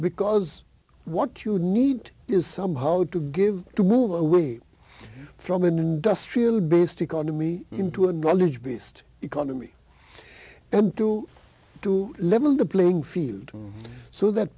because what you need is somehow to give to move away from an industrial based economy into a knowledge based economy and do to level the playing field so that